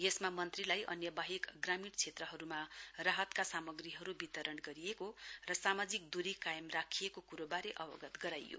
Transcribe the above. यसमा मन्त्रीलाई अन्यबाहेक ग्रामीण क्षेत्रहरूमा राहतका सामग्रीहरू वितरण गरिएको र सामाजिक दूरी कायम राखिएको कुरोबारे अवगत गराइयो